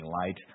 light